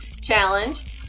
challenge